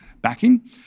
backing